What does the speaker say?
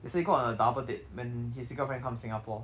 he say go on a double date when his girlfriend come singapore